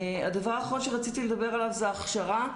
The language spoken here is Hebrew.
הדבר האחרון שרציתי לדבר עליו זה ההכשרה,